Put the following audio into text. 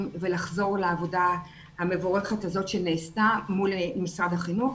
ולחזור לעבודה המבורכת הזאת שנעשתה מול משרד החינוך.